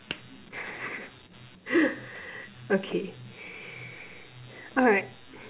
okay alright